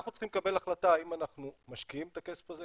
אנחנו צריכים לקבל החלטה האם אנחנו משקיעים את הכסף הזה.